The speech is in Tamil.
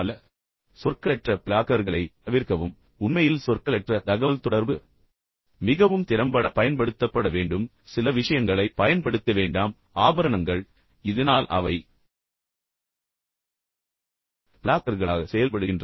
பின்னர் சொற்களற்ற பிளாக்கர்களைத் தவிர்க்கவும் உண்மையில் சொற்களற்ற தகவல்தொடர்பு மிகவும் திறம்பட பயன்படுத்தப்பட வேண்டும் ஆனால் சில விஷயங்களை பயன்படுத்த வேண்டாம் ஆபரணங்கள் இதனால் அவை பிளாக்கர்களாக செயல்படுகின்றன